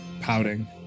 pouting